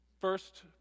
First